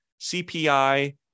CPI